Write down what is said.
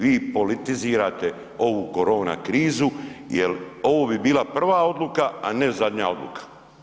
Vi politizirate ovu korona krizu jer ovo bi bila prva odluka, a ne zadnja odluka.